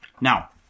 Now